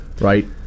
right